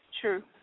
true